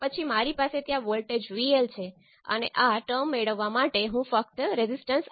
તેથી તમારી પાસે Z11 અને Z21 છે